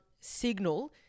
signal